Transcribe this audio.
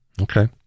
Okay